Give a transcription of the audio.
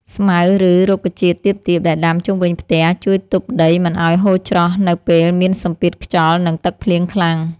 ស្មៅ ឬរុក្ខជាតិទាបៗដែលដាំជុំវិញផ្ទះជួយទប់ដីមិនឱ្យហូរច្រោះនៅពេលមានសម្ពាធខ្យល់ និងទឹកភ្លៀងខ្លាំង។